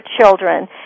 children